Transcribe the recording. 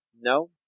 No